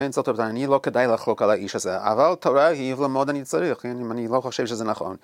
אני לא כדאי לחלוק על האיש הזה, אבל תורה היא ללמוד אני צריך, אני לא חושב שזה נכון.